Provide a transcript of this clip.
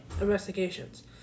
investigations